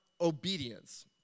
Obedience